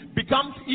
becomes